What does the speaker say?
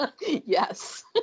Yes